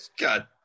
God